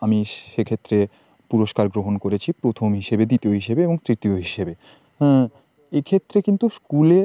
আমি সেক্ষেত্রে পুরস্কার গ্রহণ করেছি প্রথম হিসেবে দ্বিতীয় হিসেবে এবং তৃতীয় হিসেবে এক্ষেত্রে কিন্তু স্কুলে